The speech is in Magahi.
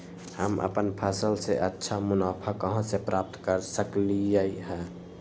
हम अपन फसल से अच्छा मुनाफा कहाँ से प्राप्त कर सकलियै ह?